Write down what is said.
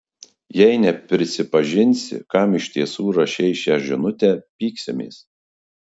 jei neprisipažinsi kam iš tiesų rašei šią žinutę pyksimės